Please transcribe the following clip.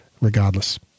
regardless